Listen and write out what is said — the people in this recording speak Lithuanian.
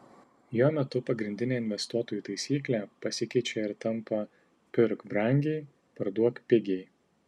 jo metu pagrindinė investuotojų taisyklė pasikeičia ir tampa pirk brangiai parduok pigiai